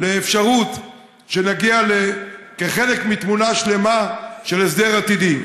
לאפשרות שנגיע לחלק מתמונה שלמה של הסדר עתידי.